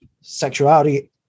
sexuality